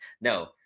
No